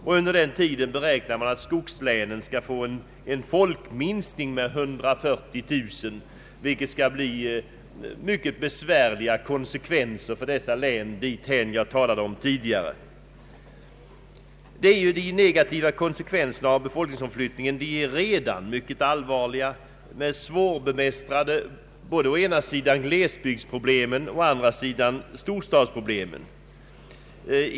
Man beräknar att skogslänen under denna tid skall få en folkminskning med 140 000 invånare vilket skulle medföra mycket besvärliga konsekvenser för dessa län på det sätt jag nämnde förut. De negativa konsekvenserna av befolkningsomflyttningen är redan mycket allvarliga och svårbemästrade med å ena sidan glesbygdsproblemen och å den andra storstadsproblemen.